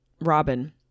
Robin